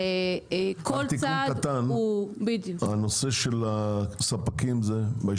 רק תיקון קטן, הנושא של הספקים הוא הנושא השני.